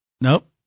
nope